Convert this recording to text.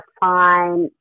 fine